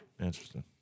Interesting